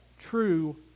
true